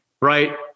Right